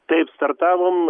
taip startavom